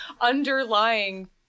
underlying